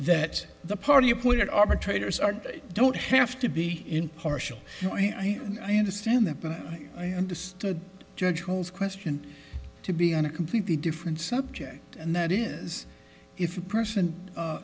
that the party appointed arbitrator's are don't have to be impartial i understand that but i understood judge knowles question to be on a completely different subject and that is if a person